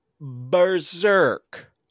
berserk